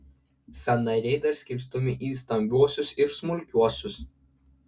sąnariai dar skirstomi į stambiuosius ir smulkiuosius